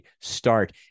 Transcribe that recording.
start